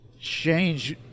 change